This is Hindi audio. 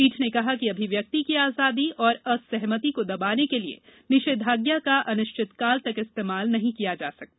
पीठ ने कहा कि अभिव्यक्ति की आजादी और असहमति को दबाने के लिए निषेधाज्ञा का अनिश्चितकाल तक इस्तेमाल नहीं किया जा सकता